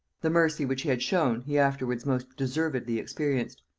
the mercy which he had shown, he afterwards most deservedly experienced.